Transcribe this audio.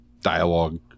dialogue